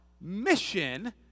mission